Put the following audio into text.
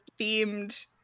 themed